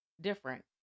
different